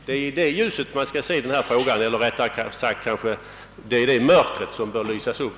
Det är i det ljuset man skall se denna fråga — eller, rättare sagt, det är detta mörker som bör lysas upp.